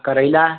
करेला